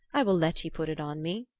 i will let ye put it on me.